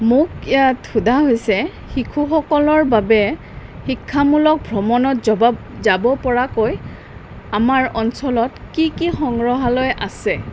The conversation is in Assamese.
মোক ইয়াত সোধা হৈছে শিশুসকলৰ বাবে শিক্ষামূলক ভ্ৰমণত জবা যাব পৰাকৈ আমাৰ অঞ্চলত কি কি সংগ্ৰহালয় আছে